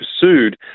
pursued